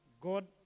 God